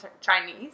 Chinese